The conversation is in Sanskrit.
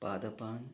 पादपान्